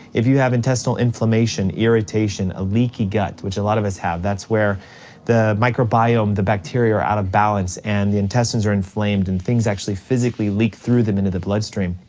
if you have intestinal inflammation, irritation, a leaky gut, which a lot of us have. that's where the microbiome, the bacteria, are out of balance and the intestines are inflamed and things actually leak through them into the bloodstream.